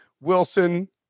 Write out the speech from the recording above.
Wilson